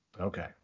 Okay